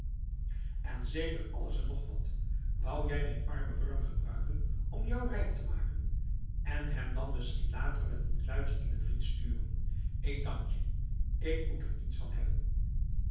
en zeker alles en nog wat wou jij mijn armen wurm gebruiken om jou rijk te maken en hem dan misschien later met een kluitje in t riet sturen ik dank je ik moet er niets van hebben